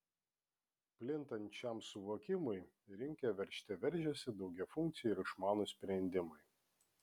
plintant šiam suvokimui į rinką veržte veržiasi daugiafunkciai ir išmanūs sprendimai